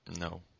No